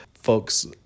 folks